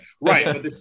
right